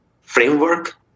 framework